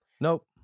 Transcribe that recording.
Nope